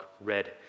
red